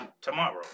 tomorrow